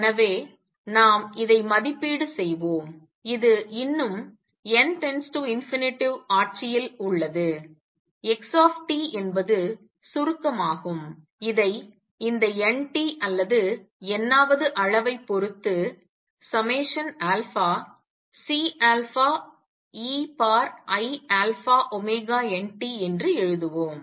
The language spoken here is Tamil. எனவே நாம் இதை மதிப்பீடு செய்வோம் இது இன்னும் n→ ∞ ஆட்சியில் உள்ளது x என்பது சுருக்கமாகும் இதை இந்த n t அல்லது n வது அளவைப் பொறுத்து Ceiαωnt என்று எழுதுவோம்